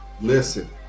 Listen